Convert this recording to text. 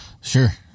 Sure